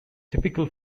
typical